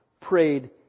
prayed